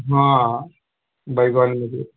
हाँ बैगनमऽ जे